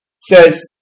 says